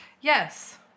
Yes